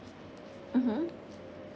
mmhmm